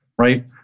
Right